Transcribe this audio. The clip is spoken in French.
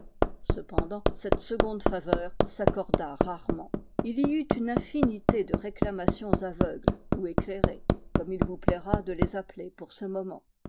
cependant cette seconde faveur s'accorda rarement il y eut une infinité de réclamations aveugles ou éclairées comme il vous plaira de les appeler pour ce moment